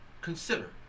Consider